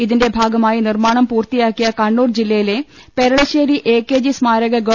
ഇതിന്റെ ഭാഗമായി നിർമാണം പൂർത്തി യാക്കിയ കണ്ണൂർ ജില്ലയിലെ പെരളശ്ശേരി എ കെ ജി സ്മാരക ഗവ